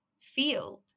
field